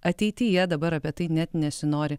ateityje dabar apie tai net nesinori